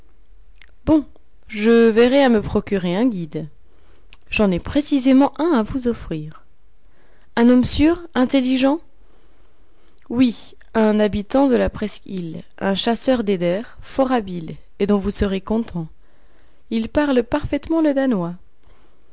bon je verrai à me procurer un guide j'en ai précisément un à vous offrir un homme sûr intelligent oui un habitant de la presqu'île c'est un chasseur d'eider fort habile et dont vous serez content il parle parfaitement le danois